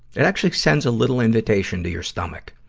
it actually sends a little invitation to your stomach.